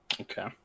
Okay